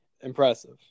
impressive